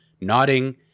nodding